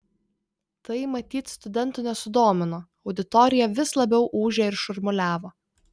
tai matyt studentų nesudomino auditorija vis labiau ūžė ir šurmuliavo